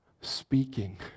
speaking